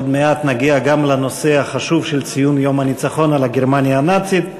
עוד מעט נגיע גם לנושא החשוב של ציון יום הניצחון על גרמניה הנאצית.